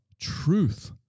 truth